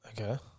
Okay